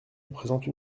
représentent